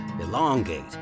elongate